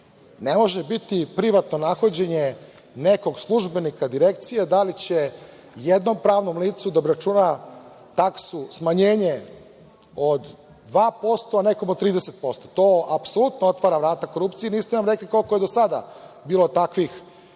Ne može biti privatno nahođenje nekog službenika, direkcije, da li će jednom pravnom licu da obračuna taksu, smanjenje od 2%, a nekom od 30%. To apsolutno otvara vrata korupciji. Niste nam rekli koliko je do sada bilo takvih